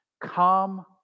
come